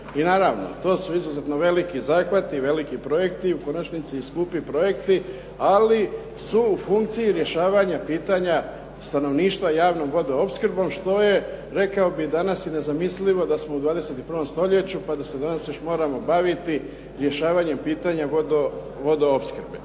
I naravno to su izuzetno veliki zahvati i veliki projekti i u konačnici skupi projekti, ali su u funkciji rješavanja pitanja stanovništava javnom vodoopskrbom što je rekao bih i danas nezamislivo da smo u 21. stoljeću, pa da se danas još moramo baviti rješavanjem pitanja vodoopskrbe.